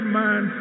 man